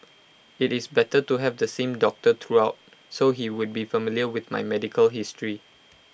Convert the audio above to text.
IT is better to have the same doctor throughout so he would be familiar with my medical history